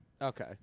Okay